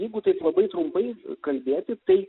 jeigu taip labai trumpai kalbėti tai